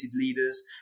leaders